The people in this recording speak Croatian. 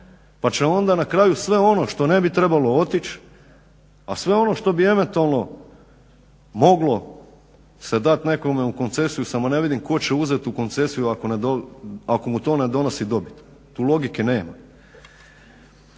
Pa ćemo onda na kraju sve ono što ne bi trebalo otići a sve ono što bi eventualno moglo se dati nekome u koncesiju samo ne vidim tko će uzeti u koncesiju ako mu to ne donosi dobit. Tu logike nema.